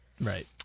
Right